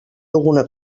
alguna